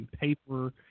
paper